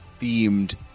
themed